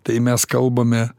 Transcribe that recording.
tai mes kalbame